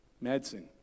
Medicine